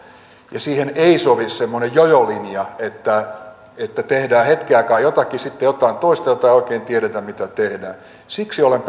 siihen ei sovi semmoinen jojolinja että tehdään hetken aikaa jotakin sitten jotain toista josta ei oikein tiedetä mitä tehdään siksi olen